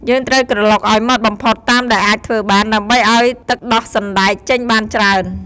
យើងត្រូវក្រឡុកឱ្យម៉ដ្ឋបំផុតតាមដែលអាចធ្វើបាន ដើម្បីឱ្យទឹកដោះសណ្តែកចេញបានច្រើន។